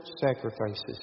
sacrifices